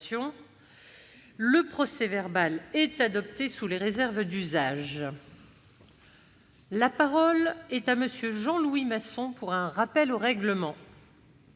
Le procès-verbal est adopté sous les réserves d'usage. La parole est à M. Jean Louis Masson, pour un rappel au règlement.